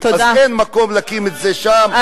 אין מקום להקים את זה שם,